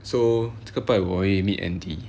so 这个这个拜五我会 meet andy